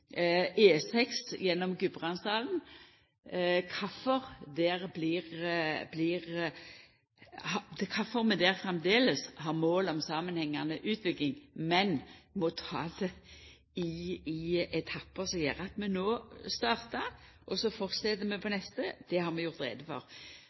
E6 gjennom Gudbrandsdalen, der vi framleis har som mål ei samanhengande utbygging, men som vi må ta i etappar, som gjer at vi startar no, og så fortset vi på